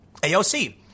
AOC